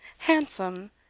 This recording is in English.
handsome,